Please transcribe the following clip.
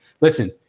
Listen